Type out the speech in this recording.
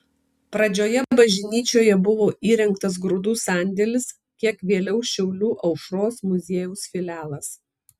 pradžioje bažnyčioje buvo įrengtas grūdų sandėlis kiek vėliau šiaulių aušros muziejaus filialas